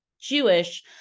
Jewish